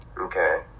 Okay